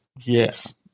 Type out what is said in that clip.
yes